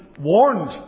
warned